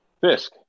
Fisk